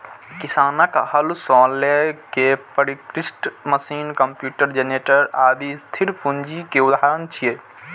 किसानक हल सं लए के परिष्कृत मशीन, कंप्यूटर, जेनरेटर, आदि स्थिर पूंजी के उदाहरण छियै